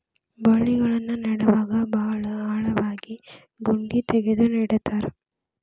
ಬಳ್ಳಿಗಳನ್ನ ನೇಡುವಾಗ ಭಾಳ ಆಳವಾಗಿ ಗುಂಡಿ ತಗದು ನೆಡತಾರ